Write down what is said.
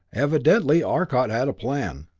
evidently arcot had a plan.